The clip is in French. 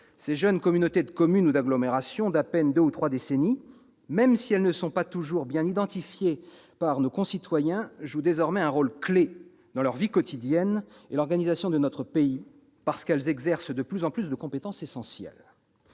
ces jeunes communautés de communes ou d'agglomération âgées d'à peine deux ou trois décennies, même si elles ne sont pas toujours bien identifiées par nos concitoyens, jouent désormais un rôle clé dans leur vie quotidienne et l'organisation de notre pays, parce qu'elles exercent de plus en plus de compétences essentielles.